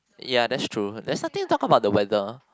ya that's true there's nothing to talk about the weather